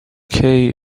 kay